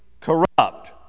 corrupt